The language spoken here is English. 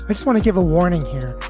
just want to give a warning here.